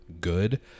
good